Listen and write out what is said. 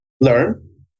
learn